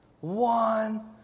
One